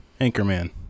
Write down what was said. Anchorman